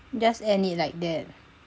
just end it like that